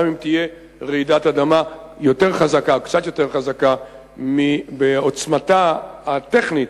גם אם תהיה רעידת אדמה קצת יותר חזקה בעוצמתה הטכנית,